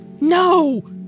No